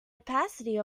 opacity